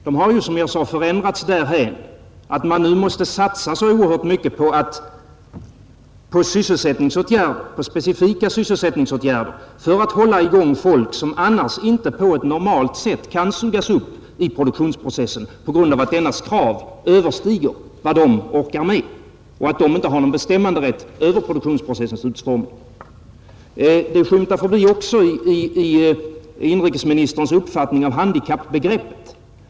De har förändrats därhän att man nu måste satsa så oerhört mycket på specifika sysselsättningsåtgärder för att hålla i gång folk som annars inte på ett normalt sätt kan sugas upp i produktionsprocessen på grund av att dennas krav överstiger vad vi orkar med och att vi inte har någon bestämmanderätt över produktionsprocessens utformning. Detta skymtade förbi också i inrikesministerns uppfattning av handikappbegreppet.